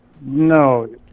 No